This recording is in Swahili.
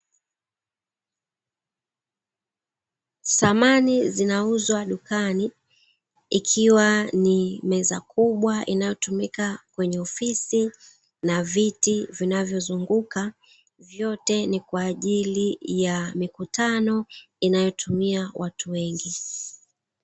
Samani zinauzwa dukani, ikiwa ni meza kubwa, inayotumika kwenye ofisi na viti vinavyozunguka. Vyote ni kwa ajili ya mikutano inayotumia watu wengi.